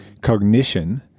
cognition